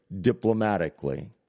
diplomatically